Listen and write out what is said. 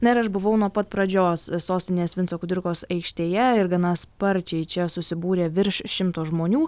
na ir aš buvau nuo pat pradžios sostinės vinco kudirkos aikštėje ir gana sparčiai čia susibūrė virš šimto žmonių